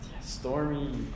Stormy